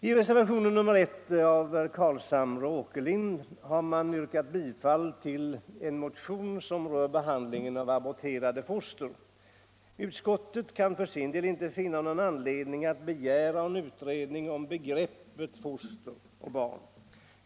I reservationen 1 har herrar Carlshamre och Åkerlind yrkat bifall till en motion som rör behandlingen av aborterade foster. Utskottet kan inte finna någon anledning att begära en utredning om livsbegreppet för foster/barn.